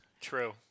True